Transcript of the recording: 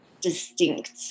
distinct